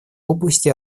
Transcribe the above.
области